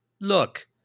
look